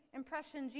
impression